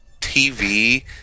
TV